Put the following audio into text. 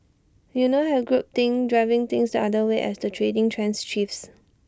you now have group think driving things the other way as the trading trends shifts